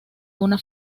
una